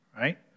Right